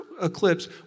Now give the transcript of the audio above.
eclipse